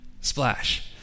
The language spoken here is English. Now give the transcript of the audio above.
splash